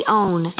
own